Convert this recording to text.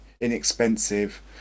inexpensive